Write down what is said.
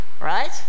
right